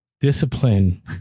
discipline